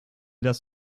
das